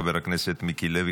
חבר הכנסת מיקי לוי,